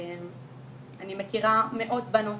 אני מכירה מאות בנות